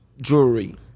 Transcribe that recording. jewelry